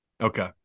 Okay